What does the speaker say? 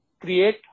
create